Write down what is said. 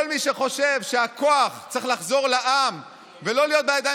כל מי שחושב שהכוח צריך לחזור לעם ולא להיות בידיים